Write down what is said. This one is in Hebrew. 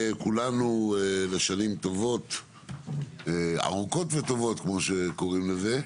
כולנו לשנים ארוכות וטובות כמו שקוראים לזה.